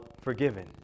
forgiven